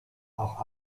auch